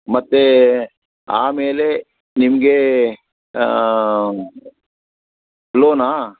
ಮತ್ತು ಆಮೇಲೆ ನಿಮಗೆ ಲೋನಾ